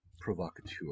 provocateur